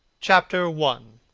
chapter one